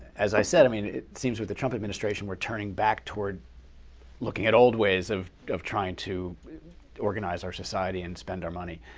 as i said, i mean, it seems with the trump administration we're turning back toward looking at old ways of of trying to organize our society and spend our money.